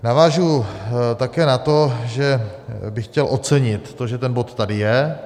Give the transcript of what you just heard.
Navážu také na to, že bych chtěl ocenit to, že ten bod tady je.